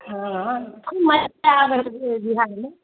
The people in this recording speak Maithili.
हँ की मास्टर आबैत होयत जे बिहारमे